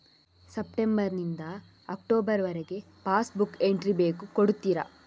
September ನಿಂದ October ವರಗೆ passbook entry ಬೇಕು ಕೊಡುತ್ತೀರಾ?